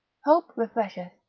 hope refresheth,